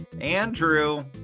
andrew